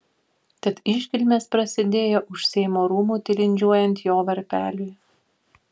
tad iškilmės prasidėjo už seimo rūmų tilindžiuojant jo varpeliui